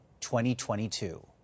2022